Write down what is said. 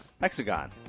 hexagon